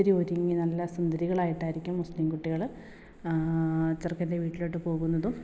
ഒത്തിരി ഒരുങ്ങി നല്ല സുന്ദരികളായിട്ടായിരിക്കും മുസ്ലിം കുട്ടികൾ പെണ്ണിൻ്റെ ചെറുക്കൻ്റെ വീട്ടിലോട്ട് പോകുന്നതും